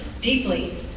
deeply